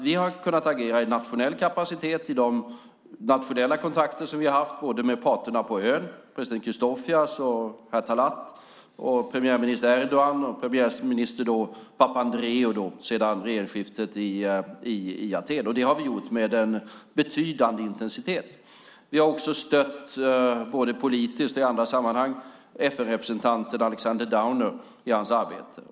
Vi har kunnat agera i nationell kapacitet i de nationella kontakter som vi har haft med parterna på ön, president Christofias och herr Talat, med premiärminister Erdogan och med premiärminister Papandreou sedan regeringsskiftet i Aten, och det har vi gjort med en betydande intensitet. Vi har också stött, både politiskt och i andra sammanhang, FN-representanten Alexander Downer i hans arbete.